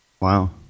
Wow